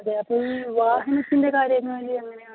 അതെ അപ്പോൾ ഈ വാഹനത്തിൻ്റെ കാര്യം എങ്ങാനും എങ്ങനെയാണ്